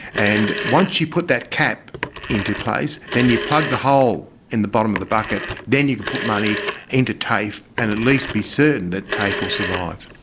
and once you put that cap into place, then you've plugged the hole in the bottom of the bucket, then you can put money into tafe and at least be certain that tafe will survive.